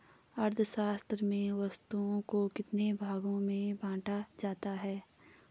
अर्थशास्त्र में वस्तुओं को कितने भागों में बांटा जाता है?